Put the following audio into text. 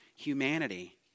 Humanity